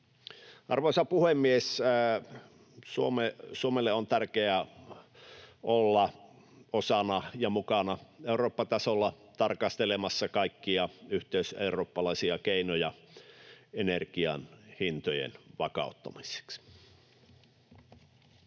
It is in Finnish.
Arvoisa puhemies! Suomelle on tärkeää olla osana ja mukana Eurooppa-tasolla tarkastelemassa kaikkia yhteiseurooppalaisia keinoja energian hintojen vakauttamiseksi.